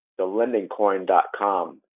TheLendingCoin.com